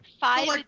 five